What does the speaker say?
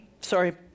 sorry